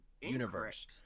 universe